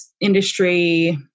industry